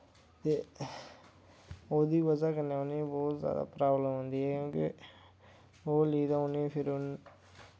ते ओह्दी बजह कन्नै उनें बौह्त जैदा प्राबलम औंदी ऐ क्युंके ओह् लेई ते उनें फिर